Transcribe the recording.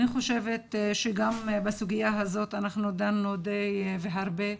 אני חושבת שגם בסוגיה הזאת אנחנו דנו די הרבה.